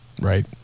Right